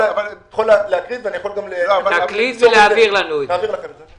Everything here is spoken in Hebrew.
אני יכול להקריא ואני יכול גם --- להעביר לנו את זה.